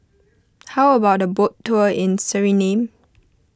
how about a boat tour in Suriname